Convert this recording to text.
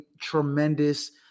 tremendous